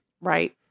right